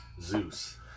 Zeus